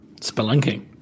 spelunking